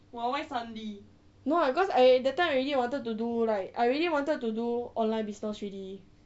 no lah cause I that time already I wanted to do like I already wanted to do online business already